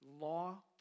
law